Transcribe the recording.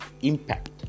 impact